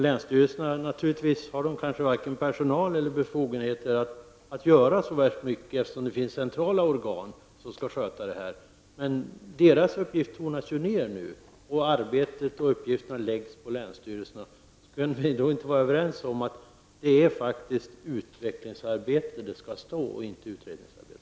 Länsstyrelserna har kanske varken personal eller befogenheter att göra så värst mycket, eftersom det finns centrala organ som skall sköta detta. Men de centrala organens uppgifter tonas ju ner nu, och arbetet och uppgifterna läggs på länsstyrelserna. Kan vi då inte vara överens om att det skall stå utvecklingsarbete och inte utredningsarbete?